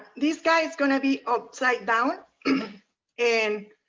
this guy is gonna be upside down and